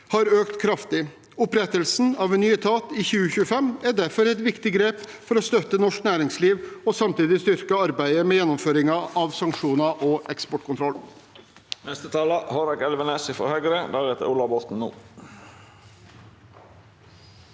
har økt kraftig. Opprettelsen av en ny etat i 2025 er derfor et viktig grep for å støtte norsk næringsliv og samtidig styrke arbeidet med gjennomføringen av sanksjoner og eksportkontroll.